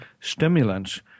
stimulants